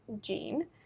gene